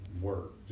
work